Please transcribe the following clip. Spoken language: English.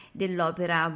dell'opera